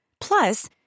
Plus